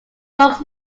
books